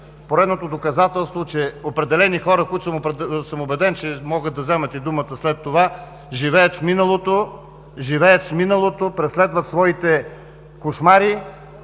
поредното доказателство, че определени хора, които съм убеден, че могат да вземат думата след това, живеят в миналото, живеят с миналото, преследват своите кошмари,